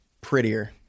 prettier